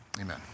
Amen